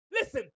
Listen